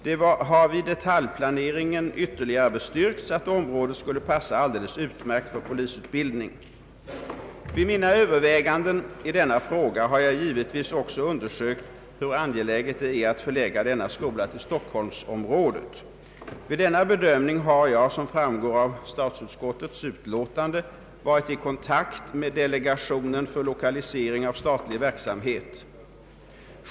Det har vid detaljplaneringen ytterligare bestyrkts att området skulle passa alldeles utmärkt för polisutbildning. Vid mina överväganden i denna fråga har jag givetvis också undersökt hur angeläget det är att förlägga denna skola till Stockholmsområdet. Vid denna bedömning har jag, som framgår av statsutskottets utlåtande, varit i kontakt med delegationen för lokalisering av statlig verksamhet.